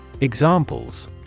Examples